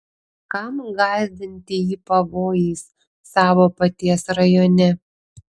kam gąsdinti jį pavojais savo paties rajone